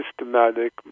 systematic